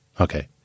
Okay